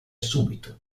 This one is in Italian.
subito